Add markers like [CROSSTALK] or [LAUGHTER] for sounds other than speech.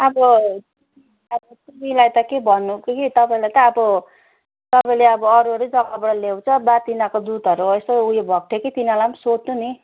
अब [UNINTELLIGIBLE] बिमार त के भन्नु कि तपाईँलाई त तपाईँले अब अरू अरू जग्गाबाट ल्याउँछ वा तिनीहरूको दुधहरू यसो उयो भएको थियो कि तिनीहरूलाई पनि सोध्नु नि